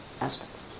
aspects